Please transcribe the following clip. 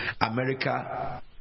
America